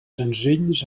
senzills